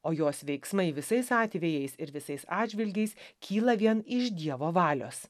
o jos veiksmai visais atvejais ir visais atžvilgiais kyla vien iš dievo valios